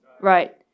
Right